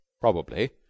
Probably